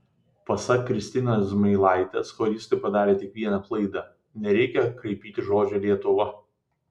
pasak kristinos zmailaitės choristai padarė tik vieną klaidą nereikia kraipyti žodžio lietuva